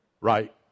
Right